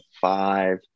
five